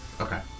Okay